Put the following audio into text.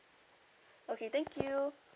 okay thank you